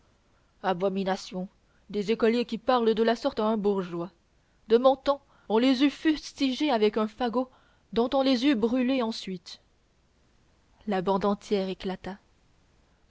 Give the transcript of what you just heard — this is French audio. abomination des écoliers qui parlent de la sorte à un bourgeois de mon temps on les eût fustigés avec un fagot dont on les eût brûlés ensuite la bande entière éclata